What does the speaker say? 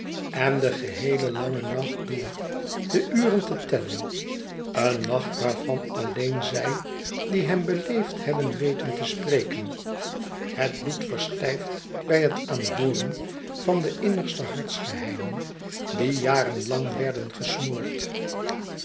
en den geheelen langen nacht door de uren te tellen een nacht waarvan alleen zij die hem beleefd hebben weten te spreken het bloed verstijft bij het aanhooren van de innigste hartsgeheimen die jaren lang werden gesmoord